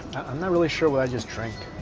i'm not really sure what i just drank.